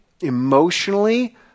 emotionally